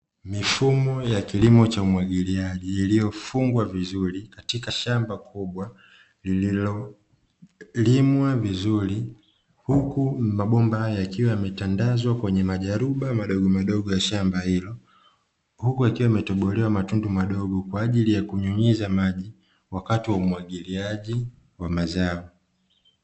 Mifumo ya kilimo cha umwagiliaji iliyofungwa vizuri katika shamba kubwa lililolimwa vizuri, huku mabomba hayo yakiwa yametandazwa kwenye majaruba madogo madogo ya shamba hilo, huku yakiwa yemetobolewa matundu madogo kwa ajili ya kunyunyiza maji wakati wa umwagiliaji wa mazao.